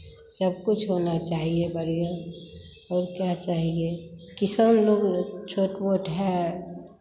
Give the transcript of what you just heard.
सब कुछ होना चाहिए बढ़ियाँ और क्या चाहिए किसान लोग छोट मोट है